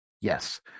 Yes